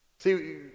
See